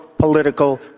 Political